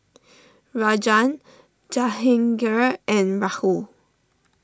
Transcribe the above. Rajan Jahangir and Rahul